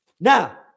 Now